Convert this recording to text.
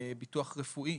ביטוח רפואי,